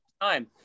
time